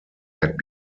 had